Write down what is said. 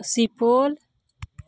Supaul